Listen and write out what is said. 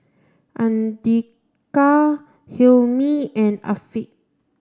Andika Hilmi and Afiq